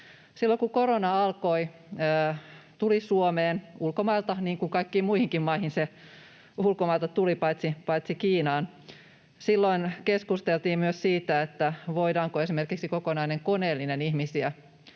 Silloin kun korona alkoi, tuli Suomeen ulkomailta — niin kuin se kaikkiin muihinkin maihin tuli ulkomailta, paitsi Kiinaan — keskusteltiin myös siitä, voidaanko esimerkiksi kokonainen koneellinen ihmisiä